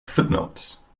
footnotes